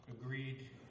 agreed